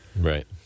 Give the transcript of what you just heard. Right